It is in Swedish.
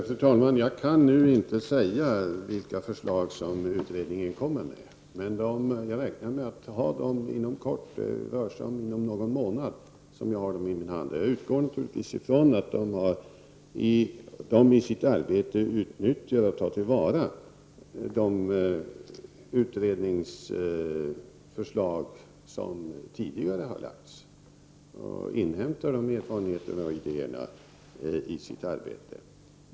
Fru talman! Jag kan inte säga vilka förslag som utredningen kommer med. Jag räknar med att få ta del av dessa förslag inom kort — det rör sig om någon månad innan jag har dem i min hand. Jag utgår naturligtvis ifrån att man under utredningens arbete har utnyttjat och tagit till vara de tidigare utredningsförslagen och inhämtat erfarenheter och idéer från dem.